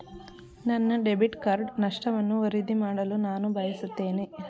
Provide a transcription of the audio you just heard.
ನನ್ನ debit card ನಷ್ಟವನ್ನು ವರದಿ ಮಾಡಲು ನಾನು ಬಯಸುತ್ತೇನೆ